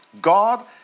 God